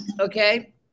okay